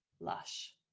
lush